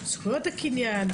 זכויות הקניין,